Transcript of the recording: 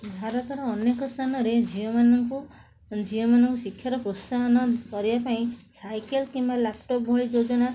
ଭାରତର ଅନେକ ସ୍ଥାନରେ ଝିଅମାନଙ୍କୁ ଝିଅମାନଙ୍କୁ ଶିକ୍ଷାର ପ୍ରୋତ୍ସାହନ କରିବା ପାଇଁ ସାଇକେଲ କିମ୍ବା ଲ୍ୟାପଟପ୍ ଭଳି ଯୋଜନା